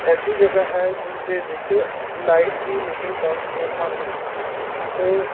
ਐਸੀ ਜਗ੍ਹਾ ਹੈ ਜਿਸ ਦੇ ਵਿੱਚ ਲਾਈਟ ਵੀ ਨਹੀਂ ਪਾਸ ਹੋ ਪਾਉਂਦੀ ਅਤੇ